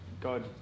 God